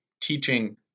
teaching